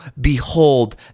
behold